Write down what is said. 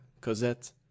cosette